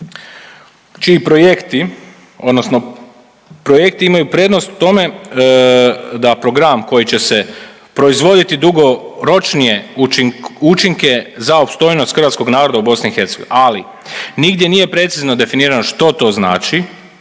projekti imaju prednost u tome da program koji će se proizvoditi dugoročnije učinke za opstojnost hrvatskog naroda u BiH, ali nigdje nije precizno definirano što to znači,